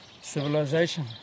civilization